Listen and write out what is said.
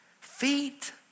Feet